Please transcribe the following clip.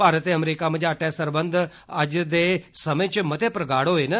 भारत ते अमेरिका मझाटै सरबंघ अज्जै दे समें च मते प्रगाट होए न